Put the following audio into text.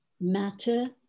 matter